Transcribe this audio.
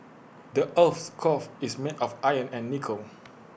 the Earth's core is made of iron and nickel